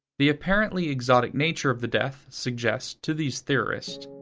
the apparently exotic nature of the death suggests, to these theorists,